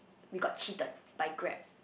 we got cheated by Grab